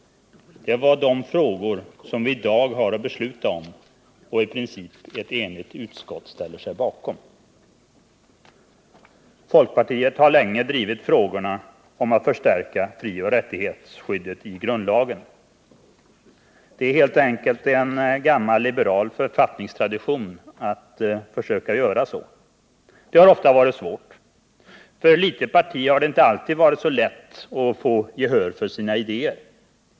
Det var det som vi i dag har att besluta om och som i princip ett enigt utskott ställt sig bakom. Folkpartiet har länge drivit frågorna om att förstärka frioch rättighetsskyddet i grundlagen. Det är helt enkelt en gammal liberal författningstradition att försöka göra så. Det har ofta varit svårt. För ett litet parti har det inte alltid varit så lätt att få gehör för sina idéer.